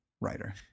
writer